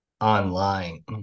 online